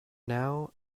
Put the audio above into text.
now